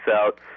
out